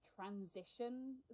transition